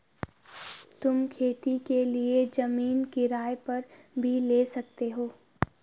तुम खेती के लिए जमीन किराए पर भी ले सकते हो